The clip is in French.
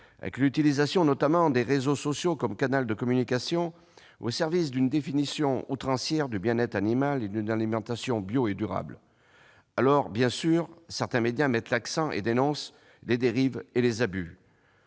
l'utilisation des réseaux sociaux comme canal de communication au service d'une définition outrancière du bien-être animal et d'une alimentation bio et durable. Si certains médias mettent l'accent sur les dérives et dénoncent